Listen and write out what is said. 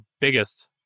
biggest